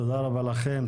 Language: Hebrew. תודה רבה לכם.